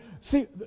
see